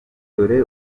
dore